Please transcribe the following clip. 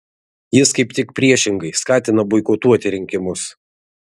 jis kaip tik priešingai skatina boikotuoti rinkimus